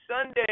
Sunday